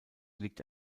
liegt